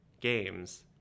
games